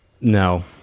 no